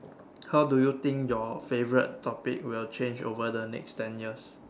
how do you think your favorite topic will change over the next ten years